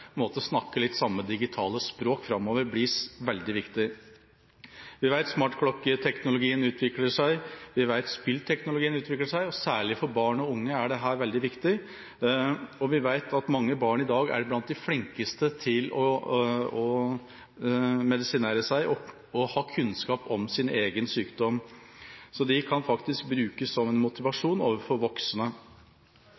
samme digitale språk framover, blir veldig viktig. Vi vet at smartklokketeknologien utvikler seg. Vi vet at spillteknologien utvikler seg. Særlig for barn og unge er dette veldig viktig. Vi vet at mange barn i dag er blant de flinkeste til å medisinere seg og ha kunnskap om sin egen sykdom. De kan faktisk brukes som